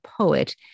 poet